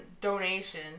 donation